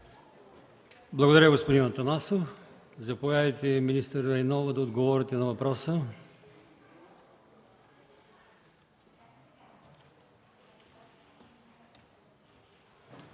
Благодаря, господин Атанасов. Заповядайте, министър Андреева, да отговорите на въпроса.